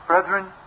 Brethren